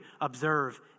observe